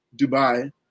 Dubai